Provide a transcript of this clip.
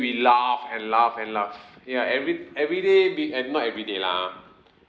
we laugh and laugh and laugh ya every everyday be and not everyday lah